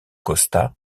costa